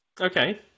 Okay